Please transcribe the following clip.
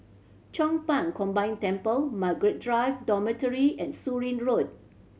Chong Pang Combined Temple Margaret Drive Dormitory and Surin Road